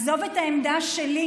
עזוב את העמדה שלי,